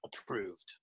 approved